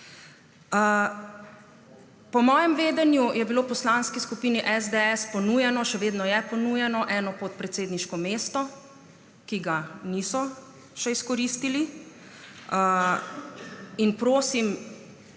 Po mojem vedenju je bilo poslanski skupini SDS ponujeno – še vedno je ponujeno – eno podpredsedniško mesto, ki ga še ni izkoristila. In, prosim,